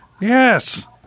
Yes